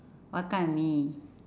what kind of mee